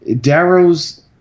Darrow's